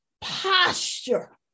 posture